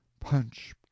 Punch